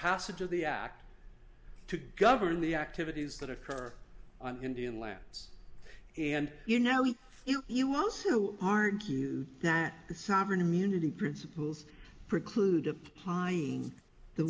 of the act to govern the activities that occur on indian lands and you now you also argue that sovereign immunity principles preclude applying the